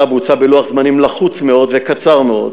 בוצעה בלוח זמנים לחוץ מאוד וקצר מאוד,